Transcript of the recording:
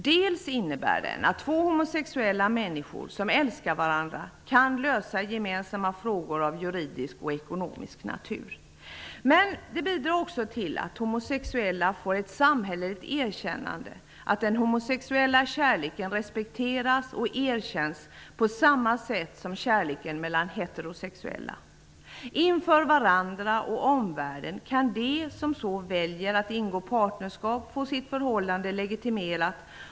Dels innebär den att två homosexuella människor, som älskar varandra, kan lösa gemensamma frågor av juridisk och ekonomisk natur, dels bidrar den också till att homosexuella får ett samhälleligt erkännande och att den homosexuella kärleken respekteras och erkänns på samma sätt som kärleken mellan heterosexuella. Inför varandra och omvärlden kan de som väljer att ingå partnerskap få sitt förhållande legitimerat.